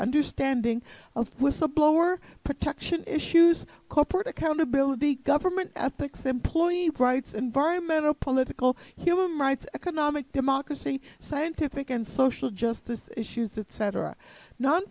understanding of whistleblower protection issues corporate accountability government ethics employee rights environmental political humor rights economic democracy scientific and social justice issues that cetera non